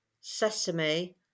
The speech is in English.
sesame